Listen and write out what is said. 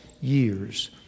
years